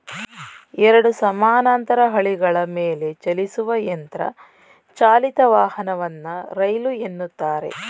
ಎರಡು ಸಮಾನಾಂತರ ಹಳಿಗಳ ಮೇಲೆಚಲಿಸುವ ಯಂತ್ರ ಚಾಲಿತ ವಾಹನವನ್ನ ರೈಲು ಎನ್ನುತ್ತಾರೆ